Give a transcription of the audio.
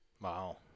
Wow